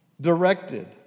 directed